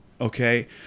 okay